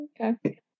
okay